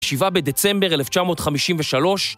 שבעה בדצמבר 1953